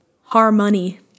Harmony